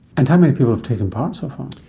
and how many people have taken part so far?